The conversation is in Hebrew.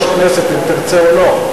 הוא יושב-ראש כנסת, אם תרצה או לא.